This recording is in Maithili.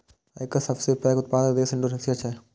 एकर सबसं पैघ उत्पादक देश इंडोनेशिया छियै